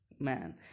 Man